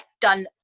done